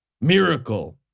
miracle